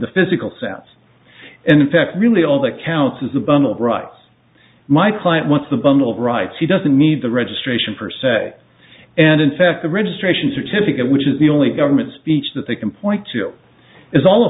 the physical sense and in fact really all that counts is the bundle of rights my client wants the bundle of rights he doesn't need the registration for say and in fact the registration certificate which is the only government speech that they can point to is all a